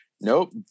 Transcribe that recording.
Nope